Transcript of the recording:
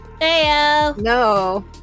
No